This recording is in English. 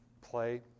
play